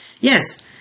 Yes